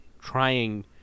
trying